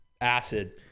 acid